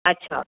अच्छा